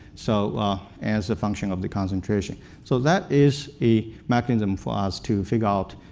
so ah as a function of the concentration. so that is a mechanism for us to figure out,